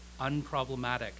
unproblematic